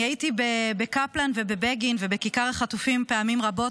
הייתי בקפלן ובבגין ובכיכר החטופים פעמים רבות,